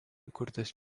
įkurtas